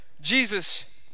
Jesus